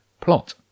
plot